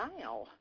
now